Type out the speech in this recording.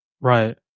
right